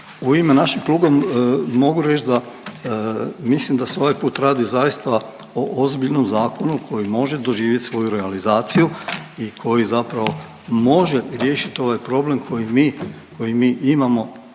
u ime našeg kluba mogu reći da mislim da se ovaj put radi zaista o ozbiljnom zakonu koji može doživjeti svoju realizaciju i koji zapravo može riješiti ovaj problem koji mi imamo